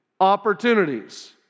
opportunities